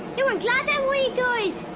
you were glad that we do it?